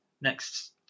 next